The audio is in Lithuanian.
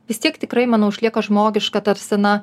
vis tiek tikrai manau išlieka žmogiška tarsi na